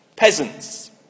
Peasants